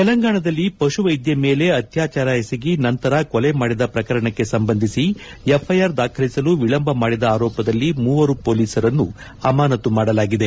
ತೆಲಂಗಾಣದಲ್ಲಿ ಪಶು ವೈದ್ದೆ ಮೇಲೆ ಅತ್ಯಾಚಾರ ಎಸಗಿ ನಂತರ ಕೊಲೆ ಮಾಡಿದ ಪ್ರಕರಣಕ್ಕೆ ಸಂಬಂಧಿಸಿ ಎಫ್ಐಆರ್ ದಾಖಲಿಸಲು ವಿಳಂಬ ಮಾಡಿದ ಆರೋಪದಲ್ಲಿ ಮೂವರು ಪೊಲೀಸರನ್ನು ಅಮಾನತ್ತು ಮಾಡಲಾಗಿದೆ